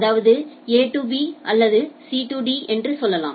அதாவது a to b அல்லது c to d என்று சொல்லலாம்